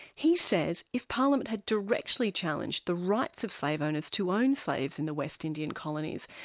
he says if parliament had directly challenged the rights of slave owners to own slaves in the west indian colonies,